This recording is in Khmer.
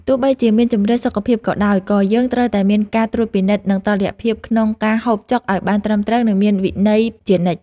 ទោះបីជាមានជម្រើសសុខភាពក៏ដោយក៏យើងត្រូវតែមានការត្រួតពិនិត្យនិងតុល្យភាពក្នុងការហូបចុកឲ្យបានត្រឹមត្រូវនិងមានវិន័យជានិច្ច។